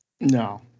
No